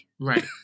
Right